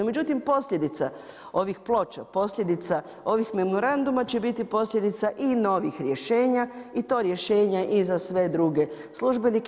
Međutim, posljedica ovih ploča, posljedica ovih memoranduma, će biti posljedica i novih rješenja i to rješenja i za sve druge službenike.